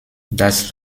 das